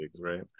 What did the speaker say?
right